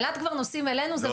אילת כבר נוסעים אלינו, זה בטוח.